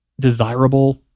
desirable